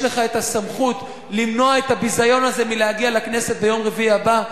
יש לך הסמכות למנוע את הביזיון הזה מלהגיע לכנסת ביום רביעי הבא.